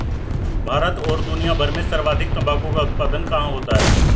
भारत और दुनिया भर में सर्वाधिक तंबाकू का उत्पादन कहां होता है?